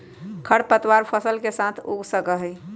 खर पतवार फसल के साथ उग जा हई